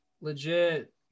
Legit